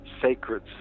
sacred